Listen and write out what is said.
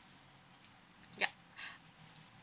yup